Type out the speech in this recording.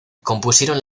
compusieron